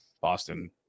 boston